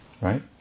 Right